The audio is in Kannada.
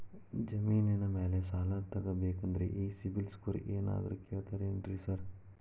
ಜಮೇನಿನ ಮ್ಯಾಲೆ ಸಾಲ ತಗಬೇಕಂದ್ರೆ ಈ ಸಿಬಿಲ್ ಸ್ಕೋರ್ ಏನಾದ್ರ ಕೇಳ್ತಾರ್ ಏನ್ರಿ ಸಾರ್?